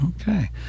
Okay